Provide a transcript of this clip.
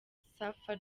safa